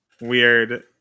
Weird